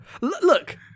Look